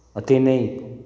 अति नै